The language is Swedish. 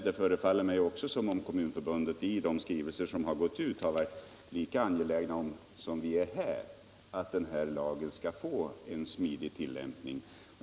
Det förefaller mig också som om Kommunförbundet i de skrivelser som har gått ut har varit lika angeläget som vi är här om att den här lagen skall få en smidig tillämpning.